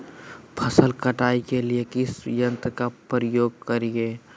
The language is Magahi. फसल कटाई के लिए किस यंत्र का प्रयोग करिये?